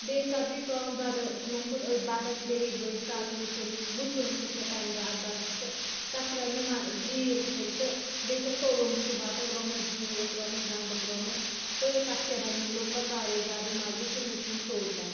بیٚیہِ ساتہٕ گٔے کٲم دۄدَس مےٚ کھوٚت أتھۍ بَتَس بیٚیہِ بیٚیہِ ساتہٕ وُژُن وُژُن کھوٚت مےٚ تمہ دۄہ اتھ بَتَس تہٕ تَتھ ترٲے مے زیٖر پھٔلۍ تہٕ بیٚیہِ کیاہ توٚلُم سُہ بَتہٕ ترومَس زیوٗر ترومَس گَنٛڈٕ ترومَس تہٕ تَتھ کیاہ بَنہ لوٚگ پَتہٕ واریاہ زیادٕ مَزٕ سُہ وُژُن ژوٚل تَتھ